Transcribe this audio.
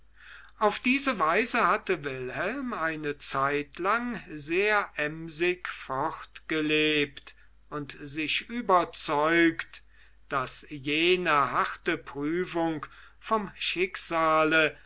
auf diese weise hatte wilhelm eine zeitlang sehr emsig fortgelebt und sich überzeugt daß jene harte prüfung vom schicksale